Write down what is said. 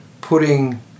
putting